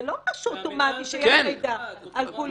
זה לא משהו אוטומטי שהוא מקבל מידע על כולי עלמא.